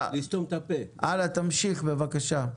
הלאה, תמשיך, בבקשה.